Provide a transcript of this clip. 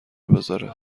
بزاره